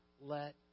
let